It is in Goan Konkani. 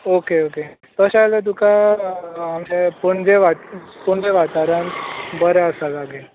ऑके ऑके तशें जाल्यार तुका आमचें पणजे वा पणजे वाठारान बरें आसा जागे